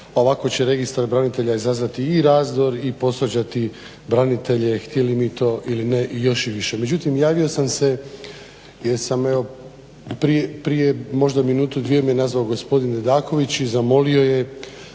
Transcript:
Ovako će registar branitelja izazvati i razdor i posvađati branitelje htjeli mi to ili ne i još i više.